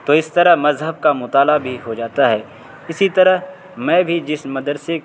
تو اس طرح مذہب کا مطالعہ بھی ہو جاتا ہے اسی طرح میں بھی جس مدرسے